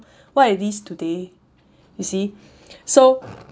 what it is today you see so